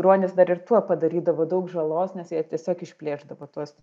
ruonis dar ir tuo padarydavo daug žalos nes jie tiesiog išplėšdavo tuos